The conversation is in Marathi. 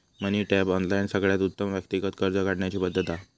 मनी टैप, ऑनलाइन सगळ्यात उत्तम व्यक्तिगत कर्ज काढण्याची पद्धत हा